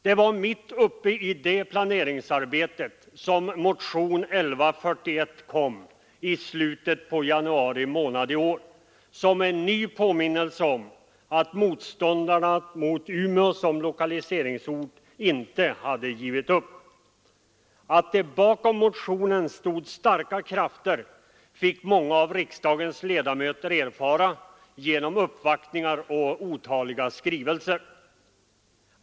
Det var mitt uppe i det planeringsarbetet som motionen 1141 kom i slutet på januari månad i år som en ny påminnelse om att motståndarna mot Umeå som lokaliseringsort inte hade givit upp. Att det bakom motionen stod starka krafter fick många av riksdagens ledamöter erfara genom uppvaktningar och otaliga skrivelser.